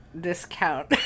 discount